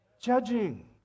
Judging